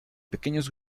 pequeños